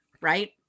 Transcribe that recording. right